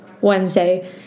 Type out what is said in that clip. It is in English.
Wednesday